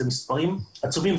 אלה מספרים עצומים,